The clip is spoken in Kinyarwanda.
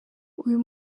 uyu